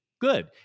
Good